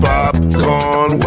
Popcorn